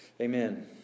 Amen